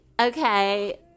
okay